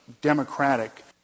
democratic